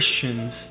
Christians